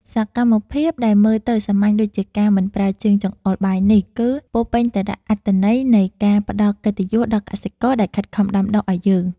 សកម្មភាពដែលមើលទៅសាមញ្ញដូចជាការមិនប្រើជើងចង្អុលបាយនេះ គឺ ពោរពេញទៅដោយអត្ថន័យនៃការផ្តល់កិត្តិយសដល់កសិករដែលខិតខំដាំដុះឱ្យយើង។